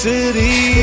City